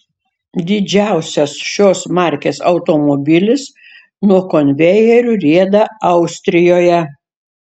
didžiausias šios markės automobilis nuo konvejerių rieda austrijoje